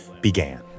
began